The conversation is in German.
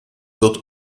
wird